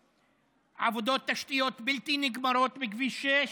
עבודות תשתיות בלתי נגמרות בכביש 6,